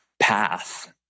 path